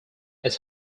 its